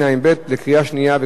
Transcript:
לקריאה שנייה וקריאה שלישית.